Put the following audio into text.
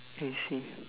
I see